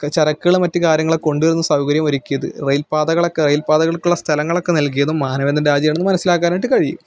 ചരക്കുകളും മറ്റ് കാര്യങ്ങളും കൊണ്ട് വരുന്ന സൗകര്യം ഒരുക്കിയത് റെയില് പാതകളൊക്കെ റെയില് പാതകള്ക്കുള്ള സ്ഥലങ്ങളൊക്കെ നല്കിയതും മാനവേദൻ രാജയാണെന്ന് മനസ്സിലാക്കാനായിട്ട് കഴിയും